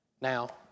now